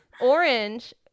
orange